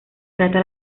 trata